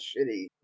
shitty